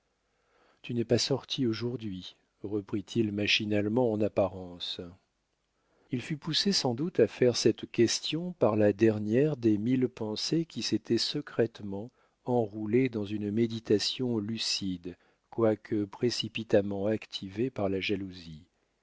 tu n'es pas sortie aujourd'hui reprit-il machinalement en apparence il fut poussé sans doute à faire cette question par la dernière des mille pensées qui s'étaient secrètement enroulées dans une méditation lucide quoique précipitamment activée par la jalousie